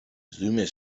zdumiał